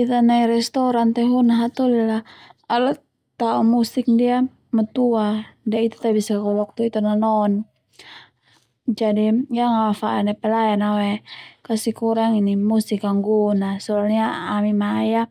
Ita nai restoran tehuna hatoli lah ala tao musik ndia matua de Ita tabisa kakolak to ita nanon a jadi yang au afada pelayanan au ae kaskurang musik a gun a soalnya ami mai ia